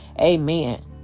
Amen